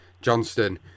Johnston